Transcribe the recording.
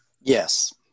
Yes